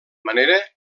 manera